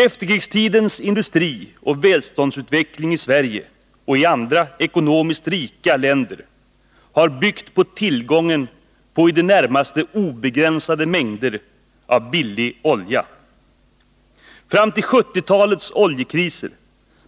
Efterkrigstidens industrioch välståndsutveckling i Sverige och i andra ekonomiskt rika länder har byggt på tillgången på i det närmaste obegränsade mängder av billig olja. Fram till 1970-talets oljekriser